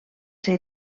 ser